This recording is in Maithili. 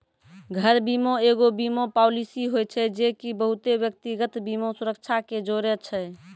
घर बीमा एगो बीमा पालिसी होय छै जे की बहुते व्यक्तिगत बीमा सुरक्षा के जोड़े छै